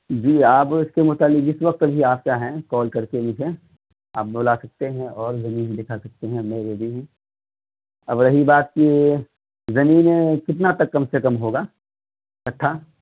جی آپ اس کے متعلک جس وقت بھی آپ چاہیں کال کر کے مجھے آپ بلا سکتے ہیں اور زمین دکھا سکتے ہیں میں ریڈی ہوں اب رہی بات کہ زمین کتنا تک کم سے کم ہوگا کٹھا